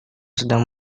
sedang